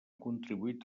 contribuït